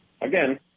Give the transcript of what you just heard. again